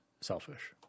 selfish